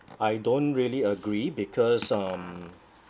I don't really agree because um